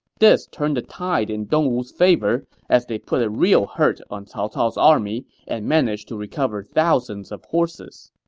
this turned the tide in dongwu's favor, as they put a real hurt on cao cao's army and managed to recover thousands of horses